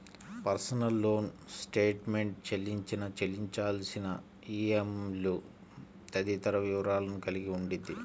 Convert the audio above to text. personal loan statement చెల్లించిన, చెల్లించాల్సిన ఈఎంఐలు తదితర వివరాలను కలిగి ఉండిద్ది